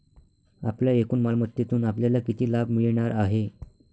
आपल्या एकूण मालमत्तेतून आपल्याला किती लाभ मिळणार आहे?